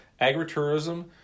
agritourism